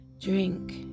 drink